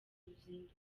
ruzinduko